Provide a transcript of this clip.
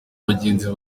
bagenzi